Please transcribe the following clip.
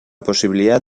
posibilidad